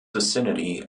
vicinity